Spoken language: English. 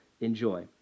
Enjoy